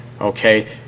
okay